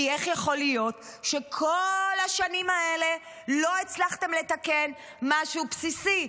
כי איך יכול להיות שכל השנים האלה לא הצלחתם לתקן משהו בסיסי,